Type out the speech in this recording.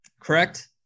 correct